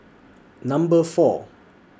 Number four